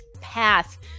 path